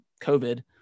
COVID